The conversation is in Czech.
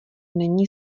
není